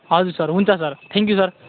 हजुर सर हुन्छ sir thank you sir